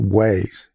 ways